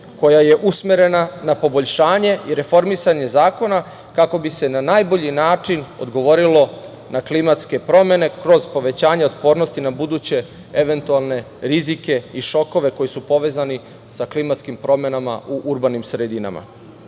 koja je usmerena na poboljšanje i reformisanje zakona, kako bi se na najbolji način odgovorilo na klimatske promene kroz povećanja otpornosti na buduće eventualne rizike i šokove koji su povezani sa klimatskim promenama u urbanim sredinama. Valja